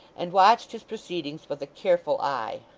and watched his proceedings with a careful eye.